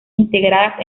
integradas